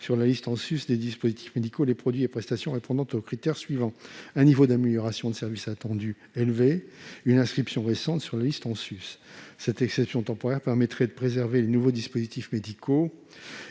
sur la liste en sus des dispositifs médicaux les produits et prestations répondant aux deux critères suivants : un niveau d'amélioration du service attendu élevé et une inscription récente sur la liste en sus. Cette exception temporaire permettrait de préserver les nouveaux dispositifs médicaux